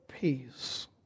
peace